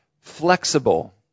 flexible